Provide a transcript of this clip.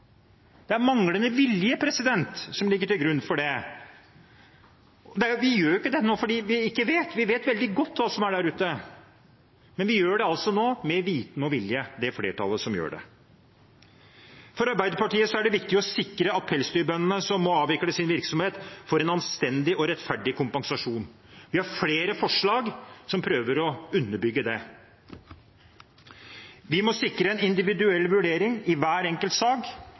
Det er manglende vilje som ligger til grunn for dette. Vi gjør ikke dette fordi vi ikke vet. Vi vet veldig godt hva som er der ute, men det flertallet som gjør det, gjør det med viten og vilje. For Arbeiderpartiet er det viktig å sikre at pelsdyrbøndene som må avvikle sin virksomhet, får en anstendig og rettferdig kompensasjon. Vi har flere forslag som prøver å underbygge det. Vi må sikre en individuell vurdering i hver enkelt sak,